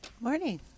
Morning